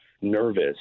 nervous